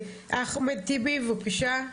אחמד טיבי, בבקשה.